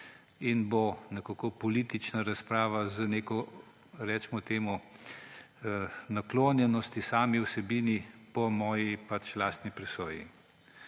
in bo nekako politična razprava z nekaj, recimo temu, naklonjenosti sami vsebini po moji lastni presoji.